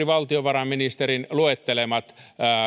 valtiovarainministerin juuri luettelemat